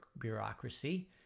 bureaucracy